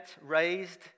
raised